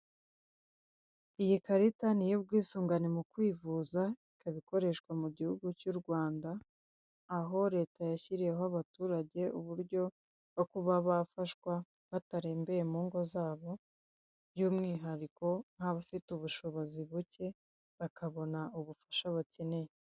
Iyi karita n'iy'ubwisungane mu kwivuza, ikaba ikorenswa mu gihugu cy'Urwanda. Aho reta yashyiriyeho abatuge uburyo byo kuba bafashwa batarembeye mungo zabo. By'umwihariko n'abafite ubushobozi buke bakabaha ubufasha bakeneye.